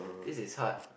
this is hard